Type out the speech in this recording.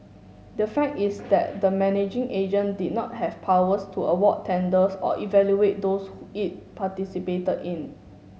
the fact is that the managing agent did not have powers to award tenders or evaluate those who it participated in